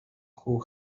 who